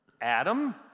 Adam